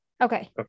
Okay